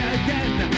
again